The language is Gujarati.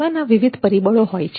સેવાના વિવિધ પરિબળો હોય છે